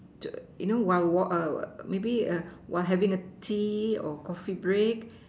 to you know while walk err maybe err while having the Tea or Coffee break